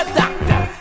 doctor